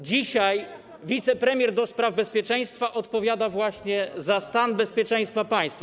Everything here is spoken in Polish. Dzisiaj wicepremier do spraw bezpieczeństwa odpowiada właśnie za stan bezpieczeństwa państwa.